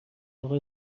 اقا